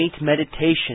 meditation